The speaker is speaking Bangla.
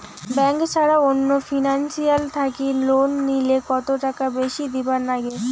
ব্যাংক ছাড়া অন্য ফিনান্সিয়াল থাকি লোন নিলে কতটাকা বেশি দিবার নাগে?